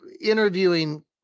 interviewing